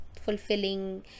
fulfilling